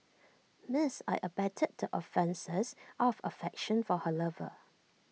Miss I abetted the offences out of affection for her lover